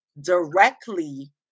directly